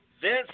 Vince